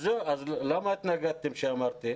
אז למה התנגדתם כשאמרתי?